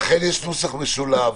לכן יש נוסח משולב.